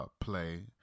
play